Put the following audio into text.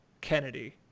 Kennedy